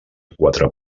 quatre